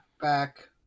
back